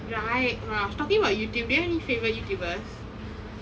right oh my gosh talking about Youtube do you have any favourite Youtubers